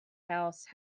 house